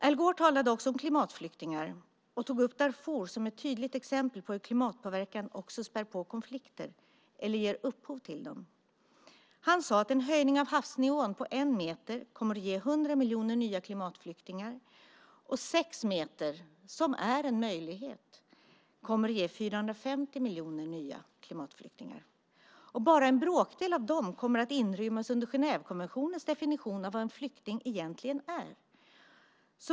Al Gore talade också om klimatflyktingar och tog upp Darfur som ett tydligt exempel på hur klimatpåverkan också späder på konflikter eller ger upphov till dem. Han sade att en höjning av havsnivån på 1 meter kommer att ge 100 miljoner nya klimatflyktingar, och 6 meter, som är möjlig, kommer att ge 450 miljoner nya klimatflyktingar. Bara en bråkdel av dem kommer att inrymmas under Genèvekonventionens definition av vad en flykting egentligen är.